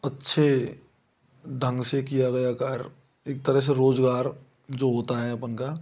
अच्छे ढंग से किया गया कार्य एक तरह से रोज़गार जो होता है अपन का